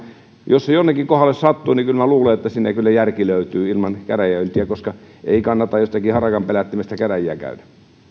jos se jonnekin kohdalle sattuu niin minä luulen että siinä kyllä järki löytyy ilman käräjöintiä koska ei kannata jostakin harakanpelättimestä käräjiä käydä